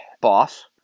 boss